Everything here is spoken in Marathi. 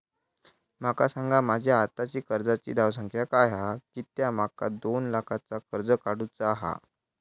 माका सांगा माझी आत्ताची कर्जाची धावसंख्या काय हा कित्या माका दोन लाखाचा कर्ज काढू चा हा?